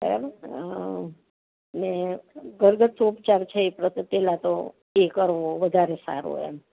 બરાબર ને ઘર ગથ્થુ ઉપચાર છે ઈ તો પેલા તો એક કરવો વધારે સારો એમ